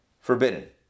forbidden